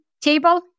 table